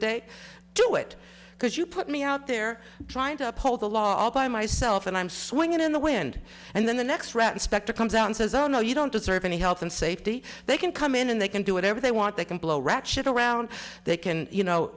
day do it because you put me out there trying to uphold the law all myself by self and i'm swinging in the wind and then the next rat inspector comes out and says oh no you don't deserve any health and safety they can come in and they can do whatever they want they can blow rat shit around they can you know